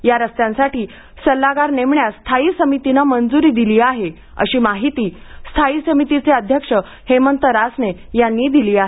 या रस्त्यांसाठी सल्लागार नेमण्यास स्थायी समितीने मंजुरी दिली आहे अशी माहिती स्थायी समिती अध्यक्ष हेमंत रासने यांनी दिली आहे